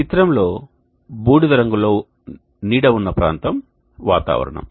చిత్రంలో బూడిద రంగులో నీడ ఉన్న ప్రాంతం వాతావరణం